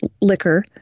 liquor